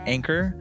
Anchor